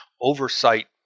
oversight